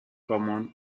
common